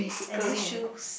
and then shoes